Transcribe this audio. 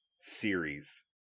series